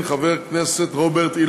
בהצעת חוק שירותים פיננסיים חוץ-מוסדיים,